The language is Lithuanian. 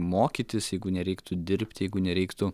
mokytis jeigu nereiktų dirbti jeigu nereiktų